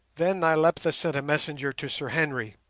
then nyleptha sent a messenger to sir henry,